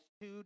two